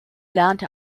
lernte